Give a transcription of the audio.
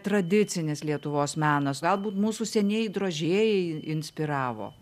tradicinis lietuvos menas galbūt mūsų senieji drožėjai inspiravo